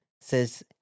says